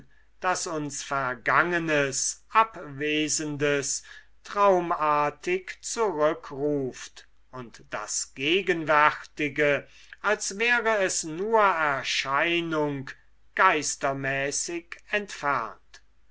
das uns vergangenes abwesendes traumartig zurückruft und das gegenwärtige als wäre es nur erscheinung geistermäßig entfernt